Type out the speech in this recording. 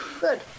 Good